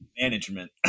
management